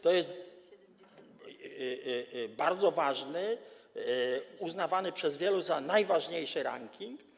To jest bardzo ważny - uznawany przez wielu za najważniejszy - ranking.